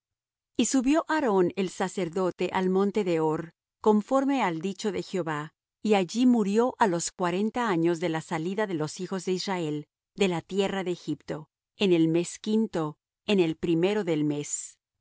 y subió aarón el sacerdote al monte de hor conforme al dicho de jehová y allí murió á los cuarenta años de la salida de los hijos de israel de la tierra de egipto en el mes quinto en el primero del mes y